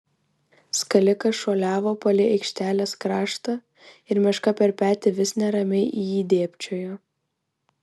skalikas šuoliavo palei aikštės kraštą ir meška per petį vis neramiai į jį dėbčiojo